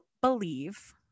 believe